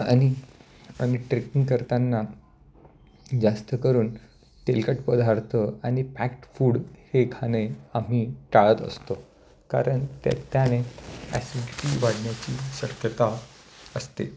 आणि आणि ट्रेकिंग करताना जास्त करून तेलकट पदार्थ आणि पॅक्ड फूड हे खाणे आम्ही टाळत असतो कारण त्या त्याने ॲसीडिटी वाढण्याची शक्यता असते